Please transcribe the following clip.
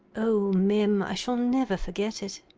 o mem, i shall never forget it.